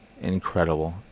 incredible